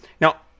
Now